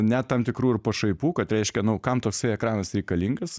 net tam tikrų ir pašaipų kad reiškia nu kam toksai ekranas reikalingas